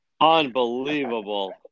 Unbelievable